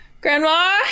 Grandma